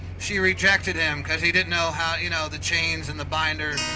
she rejected him because he didn't know how, you know the chains and the binders,